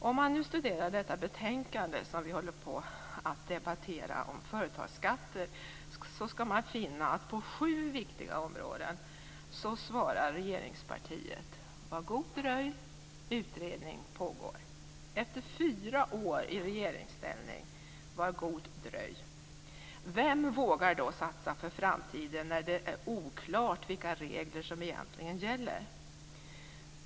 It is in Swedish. Om man studerar detta betänkande om företagsskatter som vi nu debatterar skall man finna att på sju viktiga områden svarar regeringspartiet: Var god dröj! Utredning pågår! Efter fyra år i regeringsställning svarar man: Var god dröj! Vem vågar då satsa för framtiden när det är oklart vilka regler som egentligen gäller?